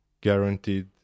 guaranteed